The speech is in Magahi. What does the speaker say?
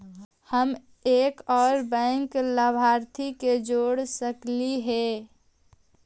हम एक और बैंक लाभार्थी के जोड़ सकली हे?